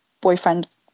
boyfriend